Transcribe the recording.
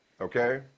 Okay